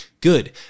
Good